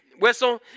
whistle